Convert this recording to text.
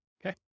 Okay